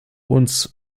uns